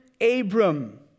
Abram